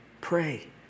pray